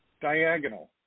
diagonal